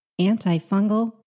antifungal